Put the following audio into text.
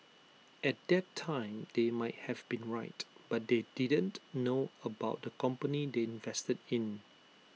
at that time they might have been right but they didn't know about the company they invested in